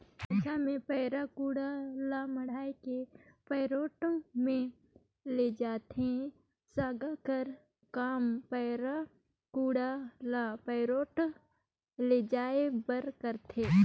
माझा मे पैरा कुढ़ा ल मढ़ाए के पैरोठ मे लेइजथे, सागा कर काम पैरा कुढ़ा ल पैरोठ लेइजे बर करथे